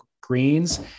Greens